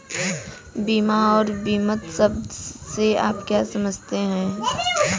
बीमा और बीमित शब्द से आप क्या समझते हैं?